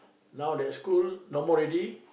now that school no more already